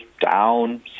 down